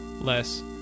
less